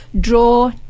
draw